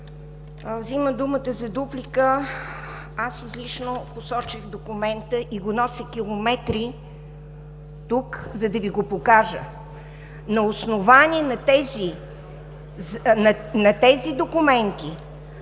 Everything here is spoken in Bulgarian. взимам думата за дуплика. Аз изрично посочих документа и го нося от километри дотук, за да Ви го покажа. На основание на тези документи